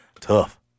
Tough